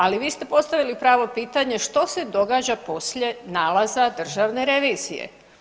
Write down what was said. Ali vi ste postavili pravo pitanje što se događa poslije nalaza Državne revizije?